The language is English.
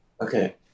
Okay